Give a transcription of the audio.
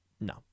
no